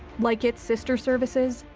like it's sister services,